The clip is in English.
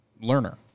learner